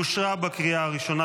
אושרה בקריאה הראשונה,